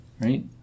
right